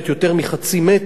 יותר מ-0.5 מטר,